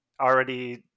already